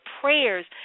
prayers